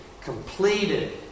completed